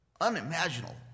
unimaginable